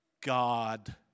God